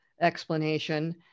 explanation